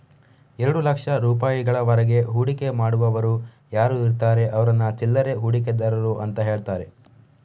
ಎರಡು ಲಕ್ಷ ರೂಪಾಯಿಗಳವರೆಗೆ ಹೂಡಿಕೆ ಮಾಡುವವರು ಯಾರು ಇರ್ತಾರೆ ಅವ್ರನ್ನ ಚಿಲ್ಲರೆ ಹೂಡಿಕೆದಾರರು ಅಂತ ಹೇಳ್ತಾರೆ